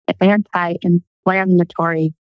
anti-inflammatory